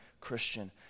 Christian